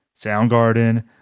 Soundgarden